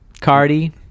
Cardi